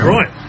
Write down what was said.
Right